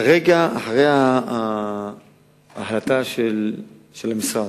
כרגע, אחרי ההחלטה של המשרד,